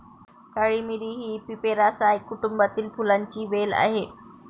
काळी मिरी ही पिपेरासाए कुटुंबातील फुलांची वेल आहे